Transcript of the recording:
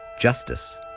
Justice